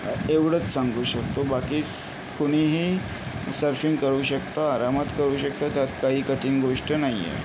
एवढंच सांगू शकतो बाकी स कुणीही सर्फिंग करू शकता आरामात करू शकता त्यात काही कठीण गोष्ट नाही आहे